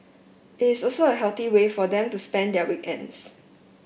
it is also a healthy way for them to spend their weekends